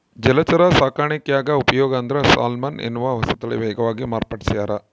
ಜಲಚರ ಸಾಕಾಣಿಕ್ಯಾಗ ಉಪಯೋಗ ಅಂದ್ರೆ ಸಾಲ್ಮನ್ ಎನ್ನುವ ಹೊಸತಳಿ ವೇಗವಾಗಿ ಮಾರ್ಪಡಿಸ್ಯಾರ